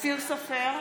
אופיר סופר,